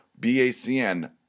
BACN